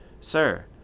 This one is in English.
Sir